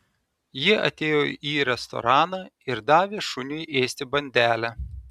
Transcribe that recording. ji atėjo į restoraną ir davė šuniui ėsti bandelę